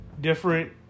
different